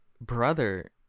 brother